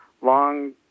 long